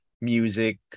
music